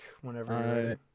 whenever